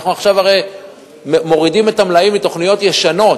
אנחנו עכשיו הרי מורידים את המלאים מתוכניות ישנות,